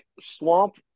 Swamp